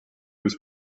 was